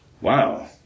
Wow